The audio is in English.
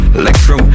electro